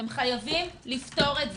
אתם חייבים לפתור את זה.